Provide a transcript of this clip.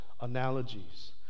Analogies